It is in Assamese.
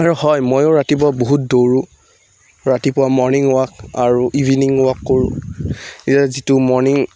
আৰু হয় ময়ো ৰাতিপুৱা বহুত দৌৰোঁ ৰাতিপুৱা মৰ্ণিং ৱাক আৰু ইভিননিং ৱাক কৰোঁ এতিয়া যিটো মৰ্ণিং